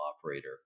operator